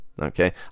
okay